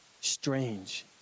strange